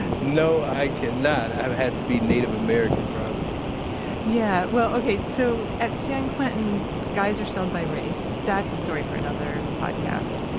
and no, i cannot. i have to be native american probably yeah. well, ok, so at san quentin, guys are celled by race. that's a story for another podcast.